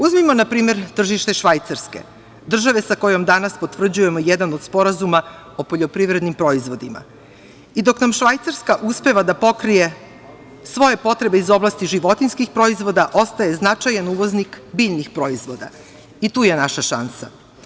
Uzmimo na primer tržište Švajcarske, države sa kojom danas potvrđujemo jedan od sporazuma o poljoprivrednim proizvodima i dok nam Švajcarska uspeva da pokrije svoje potrebe iz oblasti životinjskih proizvoda ostaje značajan uvoznik biljnih proizvoda i tu je naša šansa.